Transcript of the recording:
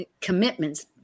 commitments